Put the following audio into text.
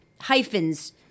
hyphens